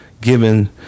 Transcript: Given